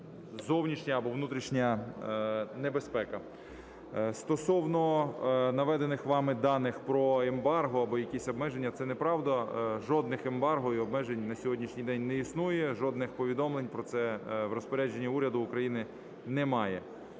зовнішня або внутрішня небезпека. Стосовно наведених вами даних про ембарго або якісь обмеження, це неправда. Жодних ембарго і обмежень на сьогоднішній день не існує, жодних повідомлень про це в розпорядженні уряду України немає.